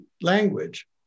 language